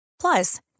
Plus